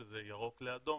שזה ירוק לאדום,